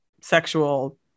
sexual